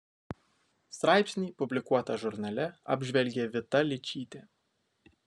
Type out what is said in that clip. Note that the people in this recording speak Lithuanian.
straipsnį publikuotą žurnale apžvelgė vita ličytė